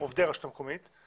עובדי הרשות המקומית.